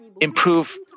improve